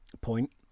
point